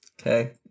Okay